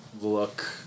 look